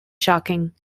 shocking